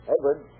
Edward